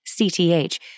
CTH